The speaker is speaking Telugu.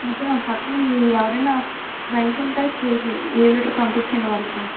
అయితే పక్కన మీరు ఎవరన్న ఫ్రెండ్స్ ఉంటే లీవ్ లెటర్ పంపించండి వాళ్ళతో